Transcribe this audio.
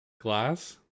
Glass